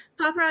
Paparazzi